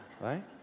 right